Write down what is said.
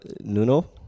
nuno